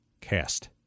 cast